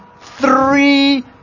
three